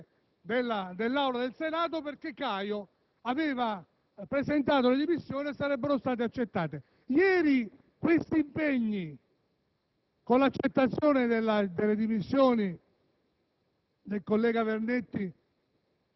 che Tizio sarebbe entrato a far parte dell'Assemblea del Senato perché Caio aveva presentato le dimissioni e queste sarebbero state accettate. Ieri, con l'accettazione delle dimissioni